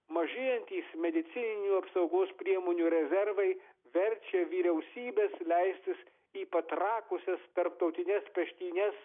mažėjantys medicininių apsaugos priemonių rezervai verčia vyriausybes leistis į patrakusias tarptautines peštynes